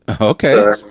Okay